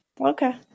okay